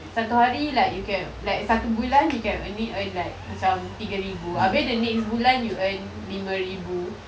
satu hari like you can like satu bulan you can only earn like macam tiga ribu abeh the next bulan you earn lima ribu